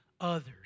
others